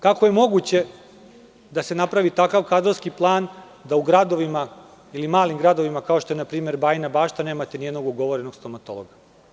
Kako je moguće da se napravi takav kadrovski plan da u gradovima ili malim gradovima, kao što je npr. Bajina Bašta nemate nijednog ugovorenog stomatologa?